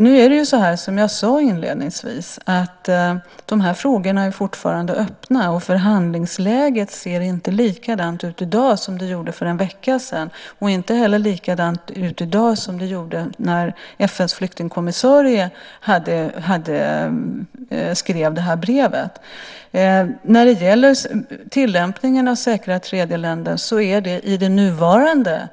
Nu är det ju så, som jag sade inledningsvis, att de här frågorna fortfarande är öppna, och förhandlingsläget ser inte likadant ut i dag som det gjorde för en vecka sedan. Inte heller ser det likadant ut i dag som det gjorde när FN:s flyktingkommissarie skrev det här brevet. När det gäller tillämpningen av säkra tredjeländer är det i det nuvarande